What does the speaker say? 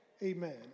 Amen